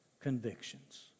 convictions